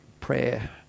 prayer